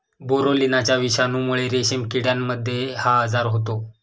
बोरोलिनाच्या विषाणूमुळे रेशीम किड्यांमध्ये हा आजार होतो